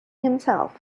himself